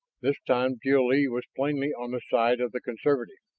this time jil-lee was plainly on the side of the conservatives.